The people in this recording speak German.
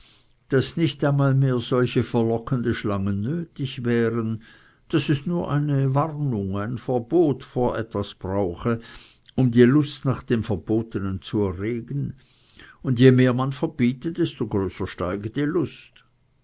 daß nicht einmal mehr solche verlockende schlangen nötig wären daß es nur eine warnung ein verbot vor etwas brauche um die lust nach dem verbotenen zu erregen und je mehr man verbiete desto größer steige die lust